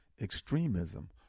extremism